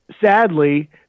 sadly